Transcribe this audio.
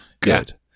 Good